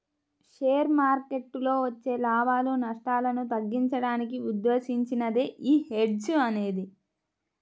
share మార్కెట్టులో వచ్చే లాభాలు, నష్టాలను తగ్గించడానికి ఉద్దేశించినదే యీ హెడ్జ్ అనేది